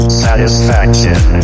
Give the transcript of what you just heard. satisfaction